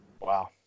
Wow